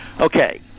Okay